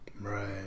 Right